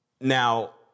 Now